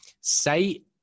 say